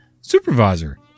Supervisor